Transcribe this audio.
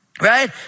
right